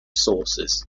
sources